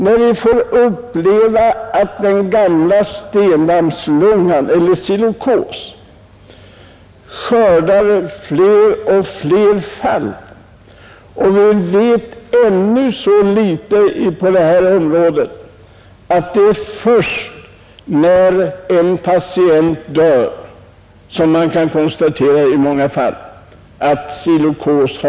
Vi upplever nu att den gamla stendammslungan — silikosen — skördar allt fler offer. Ännu vet vi så litet på detta område att det i många fall är först när en patient dör som man kan konstatera att han lidit av silikos.